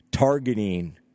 Targeting